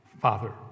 Father